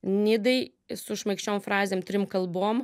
nidai su šmaikščiom frazėm trim kalbom